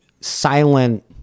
silent